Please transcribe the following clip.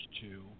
two